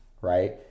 right